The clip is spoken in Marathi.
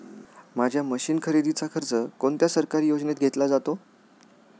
माझ्या मशीन खरेदीचा खर्च कोणत्या सरकारी योजनेत घेतला जातो?